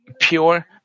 pure